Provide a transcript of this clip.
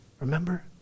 remember